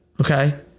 Okay